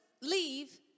leave